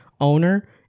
owner